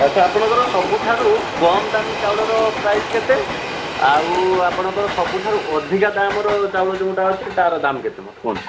ଆଚ୍ଛା ଆପଣଙ୍କର ସବୁଠାରୁ କମ୍ ଦାମୀ ଚାଉଳର ପ୍ରାଇସ୍ କେତେ ଆଉ ଆପଣଙ୍କର ସବୁଠାରୁ ଅଧିକା ଦାମ୍ର ଚାଉଳ ଯେଉଁଟା ଅଛି ତାର ଦାମ୍ କେତେ ମୋତେ କୁହନ୍ତୁ